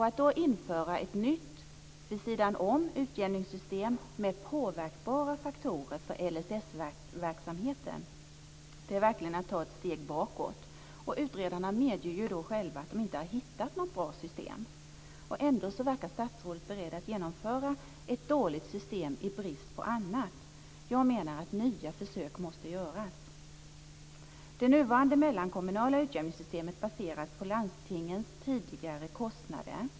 Att då införa ett nytt utjämningssystem vid sidan av, med påverkbara faktorer för LSS-verksamheten, är verkligen att ta ett steg bakåt. Utredarna medger ju själva att de inte har hittat något bra system. Ändå verkar statsrådet beredd att genomföra ett dåligt system i brist på annat. Jag menar att nya försök måste göras. Det nuvarande mellankommunala utjämningssystemet baseras på landstingens tidigare kostnader.